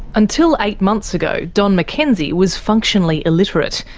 until eight months ago, don mckenzie was functionally illiterate,